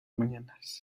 mañanas